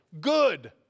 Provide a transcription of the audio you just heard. Good